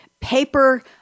paper